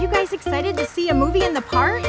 you guys excited to see a movie in the park